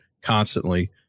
constantly